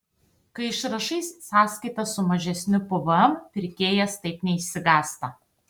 kai išrašai sąskaitą su mažesniu pvm pirkėjas taip neišsigąsta